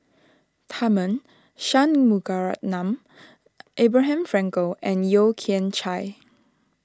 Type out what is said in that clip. Tharman Shanmugaratnam Abraham Frankel and Yeo Kian Chye